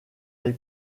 les